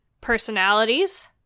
personalities